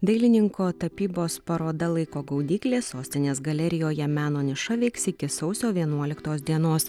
dailininko tapybos paroda laiko gaudyklė sostinės galerijoje meno niša veiks iki sausio vienuoliktos dienos